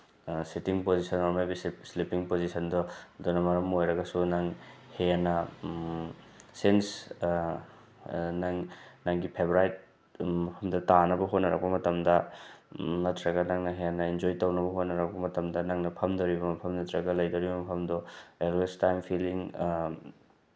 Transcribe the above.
sitting position or maybe sleeping ꯄꯣꯖꯤꯁꯟꯗꯣ ꯑꯗꯨꯅ ꯃꯔꯝ ꯑꯣꯏꯔꯒꯁꯨ ꯅꯪ ꯍꯦꯟꯅ ꯁꯤꯟꯁ ꯅꯪ ꯅꯪꯒꯤ ꯐꯦꯕꯔꯥꯏꯠ ꯃꯐꯝꯗꯨꯗ ꯇꯥꯅꯕ ꯍꯣꯠꯅꯔꯛꯄ ꯃꯇꯝꯗ ꯅꯠꯇ꯭ꯔꯒꯅ ꯅꯪꯅ ꯍꯦꯟꯅ ꯏꯟꯖꯣꯏ ꯇꯧꯅꯕ ꯍꯣꯠꯅꯔꯛꯄ ꯃꯇꯝꯗ ꯅꯪꯅ ꯐꯝꯗꯣꯔꯤꯕ ꯃꯐꯝ ꯅꯠꯇ꯭ꯔꯒ ꯂꯩꯗꯧꯔꯤꯕ ꯃꯐꯝꯗꯣ ꯑꯦꯜꯋꯦꯁ ꯇꯥꯏꯝ ꯐꯤꯂꯤꯡ